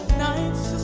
nights